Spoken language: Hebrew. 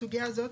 בסוגיה הזאת,